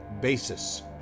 basis